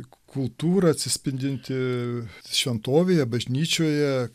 kultūra atsispindinti šventovėje bažnyčioje